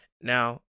now